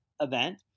event